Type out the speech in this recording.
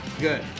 good